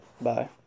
Bye